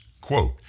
Quote